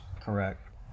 correct